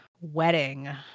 wedding